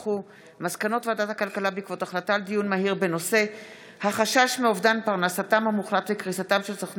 מסקנות ועדת הכלכלה בעקבות דיון מהיר בהצעתם של חברי